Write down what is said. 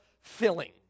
filling